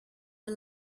the